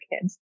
kids